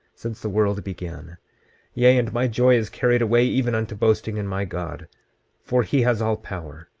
since the world began yea, and my joy is carried away, even unto boasting in my god for he has all power,